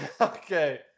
okay